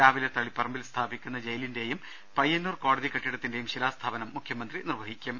രാവിലെ തളിപറമ്പിൽ സ്ഥാപിക്കുന്ന ജയിലിന്റെയും പയ്യന്നൂർ കോടതി കെട്ടിടത്തിന്റെയും ശിലാസ്ഥാപനം മുഖ്യമന്ത്രി നിർവഹിക്കും